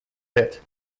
hit